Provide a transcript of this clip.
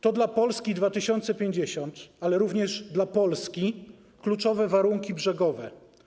To dla Polski 2050, ale również dla Polski, kluczowe warunki brzegowe.